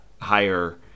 higher